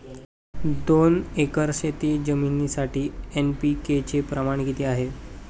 दोन एकर शेतजमिनीसाठी एन.पी.के चे प्रमाण किती आहे?